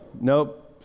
Nope